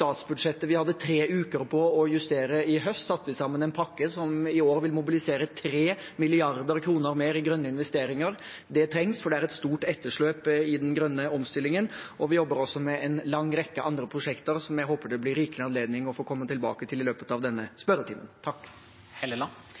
statsbudsjettet vi hadde tre uker på å justere i høst, satte vi sammen en pakke som i år vil mobilisere 3 mrd. kr mer i grønne investeringer. Det trengs, for det er et stort etterslep i den grønne omstillingen. Vi jobber også med en lang rekke andre prosjekter som jeg håper det blir rikelig anledning til å komme tilbake til i løpet av denne spørretimen.